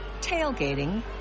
tailgating